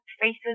faces